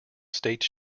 state